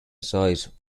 size